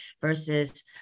versus